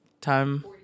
Time